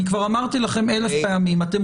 אני כבר אמרתי לכם אלף פעמים: אתם